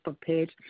page